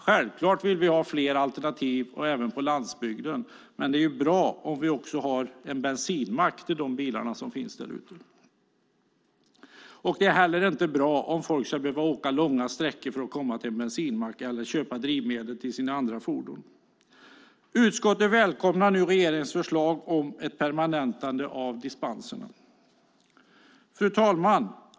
Självklart vill vi ha flera alternativ även på landsbygden, men det är bra om det också finns en bensinmack till de bilar som finns där. Det är inte heller bra att folk ska behöva åka långa sträckor för att komma till en bensinmack eller köpa drivmedel till sina andra fordon. Utskottet välkomnar nu regeringens förslag om ett permanentande av dispenserna. Fru talman!